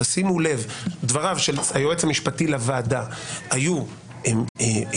תשימו לב שדבריו של היועץ המשפטי של הוועדה היו חדים,